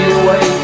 away